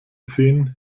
sehen